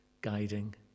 guiding